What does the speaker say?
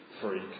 freak